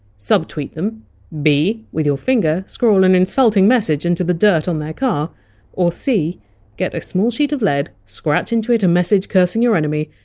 subtweet them b. with your finger, scrawl an insulting message into the dirt on their car c. get a small sheet of lead, scratch into it a message cursing your enemies,